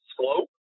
slope